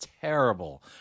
terrible